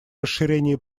расширении